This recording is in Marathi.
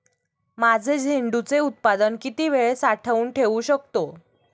माझे झेंडूचे उत्पादन किती वेळ साठवून ठेवू शकतो?